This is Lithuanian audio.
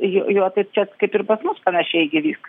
jo jo tai čia kaip ir pas mus panašiai įvyks